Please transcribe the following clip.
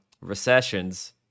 recessions